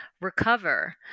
recover